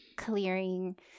clearing